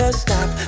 stop